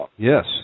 Yes